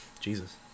Jesus